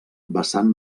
vessant